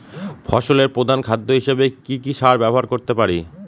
ফসলের প্রধান খাদ্য হিসেবে কি কি সার ব্যবহার করতে পারি?